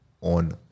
on